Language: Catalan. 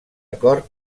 acord